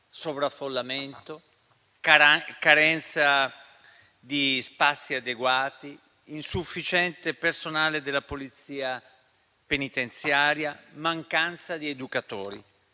sovraffollamento, carenza di spazi adeguati, insufficiente personale della Polizia penitenziaria, mancanza di educatori.